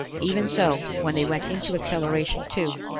even so, when they went into acceleration two,